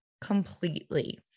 completely